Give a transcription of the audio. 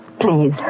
Please